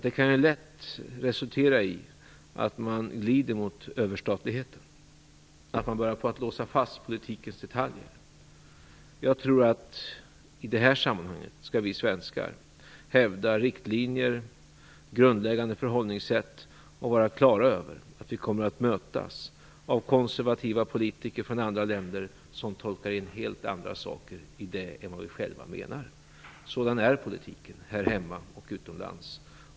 Det kan lätt resultera i att man glider mot överstatligheten, att man börjar låsa fast politikens detaljer. Jag tror att vi svenskar i det här sammanhanget skall hävda riktlinjer, grundläggande förhållningssätt och vara på det klara med att vi kommer att mötas av konservativa politiker från andra länder som tolkar in helt andra saker i det än vad vi själva menar. Sådan är politiken här hemma och utomlands.